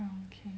okay